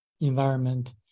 environment